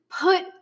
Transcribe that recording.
put